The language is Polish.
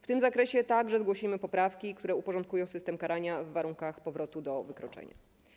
W tym zakresie także zgłosimy poprawki, które uporządkują system karania w warunkach powrotu do wykroczenia.